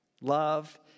Love